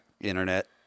internet